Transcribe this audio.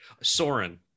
soren